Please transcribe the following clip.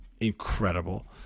incredible